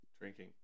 drinking